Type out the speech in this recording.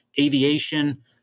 aviation